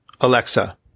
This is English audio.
Alexa